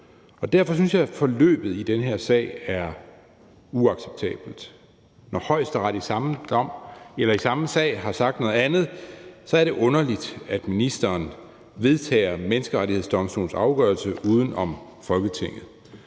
derfor synes jeg, at forløbet i den her sag er uacceptabelt. Når Højesteret i den samme sag har sagt noget andet, er det underligt, at ministeren vedtager Menneskerettighedsdomstolens afgørelse uden om Folketinget,